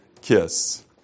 kiss